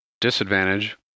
Disadvantage